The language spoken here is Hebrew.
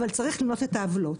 אבל צריך למנות את העוולות.